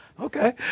Okay